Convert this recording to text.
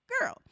girl